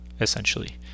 essentially